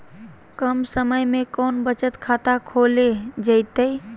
कम समय में कौन बचत खाता खोले जयते?